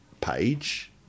page